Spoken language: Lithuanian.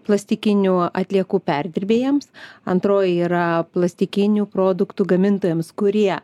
plastikinių atliekų perdirbėjams antroji yra plastikinių produktų gamintojams kurie